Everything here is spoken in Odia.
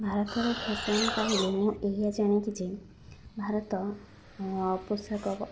ଭାରତରେ ଫ୍ୟାସନ କହିଲେ ମୁଁ ଏହା ଜାଣେ କି ଯେ ଭାରତ ପୋଷାକ